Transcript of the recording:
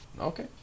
Okay